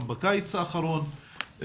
גם בקיץ האחרון.